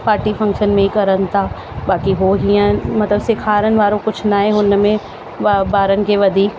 party function में ई करण था बाक़ी हो हीअं मतिलब सेखारण वारो कुझु न आहे हुनमें ॿा ॿारनि खे वधी